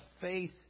faith